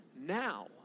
now